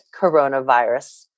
coronavirus